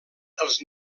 els